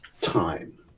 time